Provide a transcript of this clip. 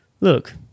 look